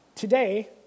Today